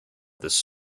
this